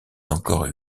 encore